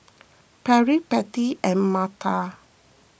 Patty Pete and Marta